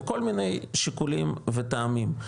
מכל מיני שיקולים וטעמים,